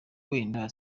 wenda